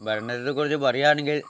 ഭരണത്തെക്കുറിച്ച് പറയുകയാണെങ്കിൽ